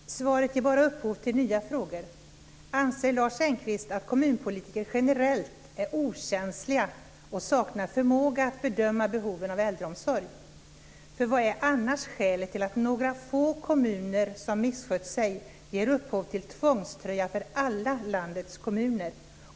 Fru talman! Svaret ger bara upphov till nya frågor. Anser Lars Engqvist att kommunpolitiker generellt är okänsliga och saknar förmåga att bedöma behoven av äldreomsorg? Vad är annars skälet till att några få kommuner som misskött sig ger upphov till tvångströja för alla landets kommuner?